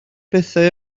pethau